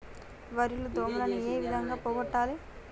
వరి లో దోమలని ఏ విధంగా పోగొట్టాలి?